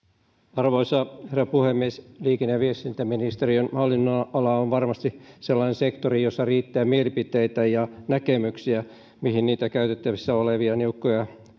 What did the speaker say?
arvoisa herra puhemies liikenne ja viestintäministeriön hallinnonala on varmasti sellainen sektori jolla riittää mielipiteitä ja näkemyksiä siitä mihin niitä käytettävissä olevia niukkoja